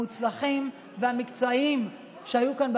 המוצלחים והמקצועיים שהיו כאן,